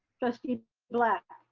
trustee black.